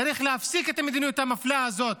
צריך להפסיק את המדיניות המפלה הזאת,